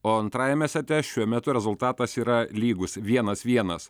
o antrajame sete šiuo metu rezultatas yra lygus vienas vienas